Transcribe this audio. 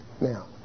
Now